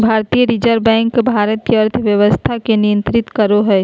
भारतीय reserve bank Bharat के अर्थव्यवस्था के नियन्त्रित करो हइ